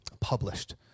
published